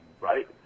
right